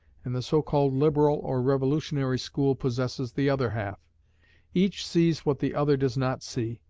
and the so-called liberal or revolutionary school possesses the other half each sees what the other does not see,